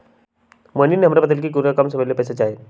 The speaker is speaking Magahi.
मोहिनी ने हमरा बतल कई कि औकरा कम समय ला पैसे चहि